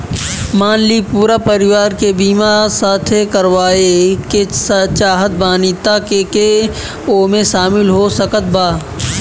मान ली पूरा परिवार के बीमाँ साथे करवाए के चाहत बानी त के के ओमे शामिल हो सकत बा?